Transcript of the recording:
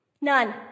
None